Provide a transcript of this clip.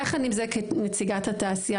יחד עם זה כנציגת התעשייה,